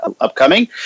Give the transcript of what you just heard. upcoming